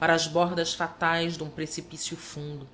para as bordas fatais dum precipício fundo